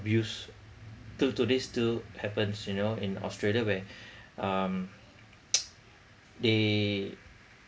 abuse till today's still happens you know in australia where um they